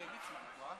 מה?